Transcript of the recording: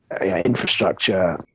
infrastructure